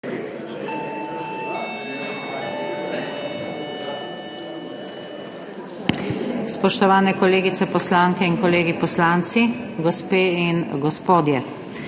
Spoštovane kolegice poslanke in kolegi poslanci, gospe in gospodje!